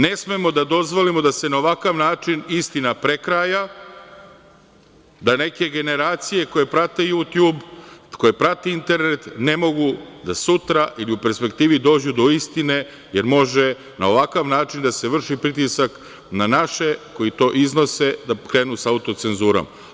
Ne smemo da dozvolimo da se na ovakav način istina prekraja, da neke generacije koje prate „Jutjub“, koje prate internet ne mogu da sutra ili u perspektivi dođu do istine, jer može na ovakav način da se vrši pritisak na naše koji to iznose, da krenu sa autocenzurom.